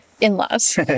in-laws